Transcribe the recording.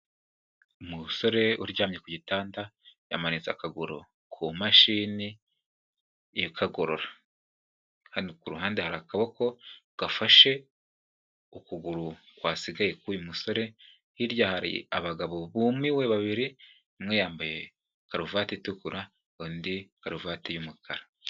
Umusore uryamye ku gitanda, yamanitse akaguru ku mashini ikagorora. Hano ku ruhande hari akaboko gafashe ukuguru kwasigaye k'uyu musore, hirya hari abagabo bumiwe babiri, umwe yambaye karuvati itukura, undi karuvati y'umukara.